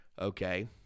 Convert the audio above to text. Okay